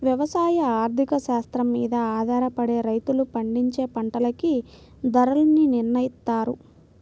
యవసాయ ఆర్థిక శాస్త్రం మీద ఆధారపడే రైతులు పండించే పంటలకి ధరల్ని నిర్నయిత్తారు